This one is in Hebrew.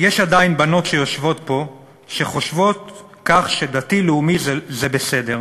"יש עדיין בנות שיושבות פה שחושבות כך שדתי לאומי זה בסדר.